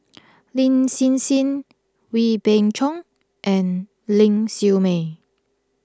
Lin Hsin Hsin Wee Beng Chong and Ling Siew May